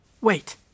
Wait